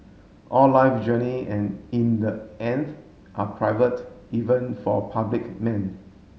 all life journey in the end are private even for public men